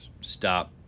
stop